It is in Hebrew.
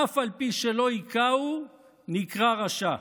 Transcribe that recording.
אף על פי שלא הכהו נקרא רשע",